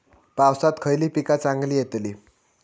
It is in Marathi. पावसात खयली पीका चांगली येतली?